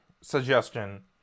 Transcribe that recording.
suggestion